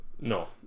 No